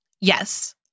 Yes